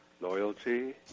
loyalty